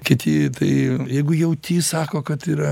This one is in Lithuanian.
kiti tai jeigu jauti sako kad yra